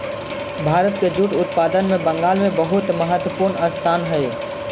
भारत के जूट उत्पादन में बंगाल के बहुत महत्त्वपूर्ण स्थान हई